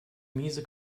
miese